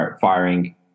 firing